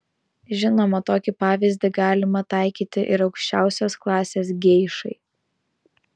žinoma tokį pavyzdį galima taikyti ir aukščiausios klasės geišai